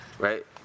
Right